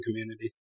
community